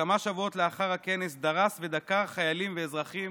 וכמה שבועות לאחר הכנס דרס ודקר חיילים ואזרחים